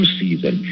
season